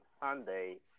Sunday